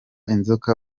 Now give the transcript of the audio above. inzoka